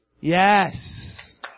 Yes